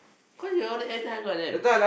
cause you know everytime I hang out with them